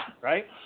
Right